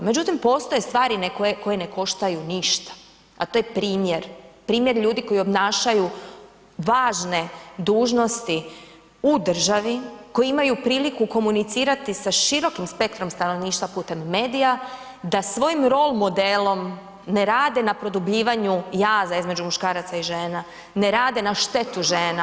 Međutim, postoje stvari koje ne koštaju ništa, a to je primjer, primjer ljudi koji obnašaju važne dužnosti u državi, koji imaju priliku komunicirati sa širokim spektrom stanovništva putem medija da svojim role modelom ne rade na produbljivanju jaza između muškaraca i žena, ne rade na štetu žena.